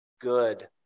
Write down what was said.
good